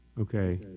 Okay